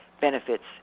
benefits